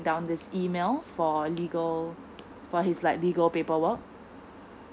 down this email for legal for his like legal paperwork